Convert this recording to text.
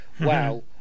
Wow